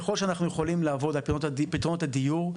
ככל שאנחנו יכולים לעבוד על פתרונות הדיור,